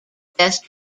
best